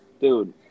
dude